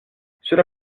cela